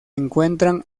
encuentran